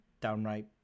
downright